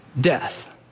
death